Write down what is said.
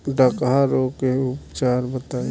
डकहा रोग के उपचार बताई?